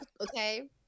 Okay